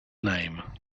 name